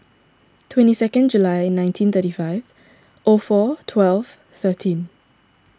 twenty second July nineteen thirty five O four twelve thirteen